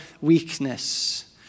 weakness